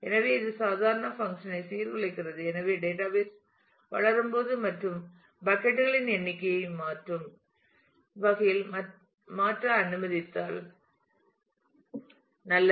எனவே இது சாதாரண பங்க்ஷன் ஐ சீர்குலைக்கிறது எனவே டேட்டாபேஸ் வளரும்போது மாறும் வாளிகளின் எண்ணிக்கையை மாறும் வகையில் மாற்ற அனுமதித்தால் நல்லது